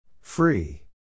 Free